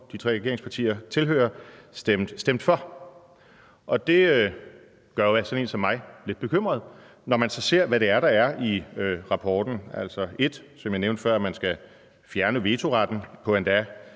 de tre regeringspartier tilhører, stemt for. Og det gør jo sådan en som mig lidt bekymret, når man så ser, hvad det er, der er i rapporten. Altså, det er, at man skal fjerne vetoretten på nogle